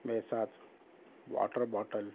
میرے ساتھ water bottle